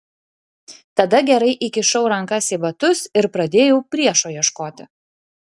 tada gerai įkišau rankas į batus ir pradėjau priešo ieškoti